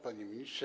Panie Ministrze!